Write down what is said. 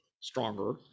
stronger